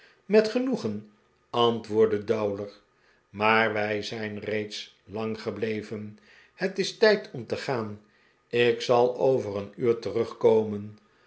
met genoegen antwoordde dowler maar wij zijn reeds lang gebleven het is tijd om te gaan ik zal over een uur terugkomen